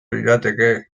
lirateke